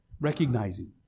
recognizing